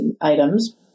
items